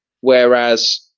Whereas